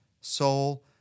soul